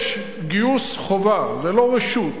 יש גיוס חובה, זה לא רשות.